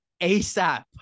asap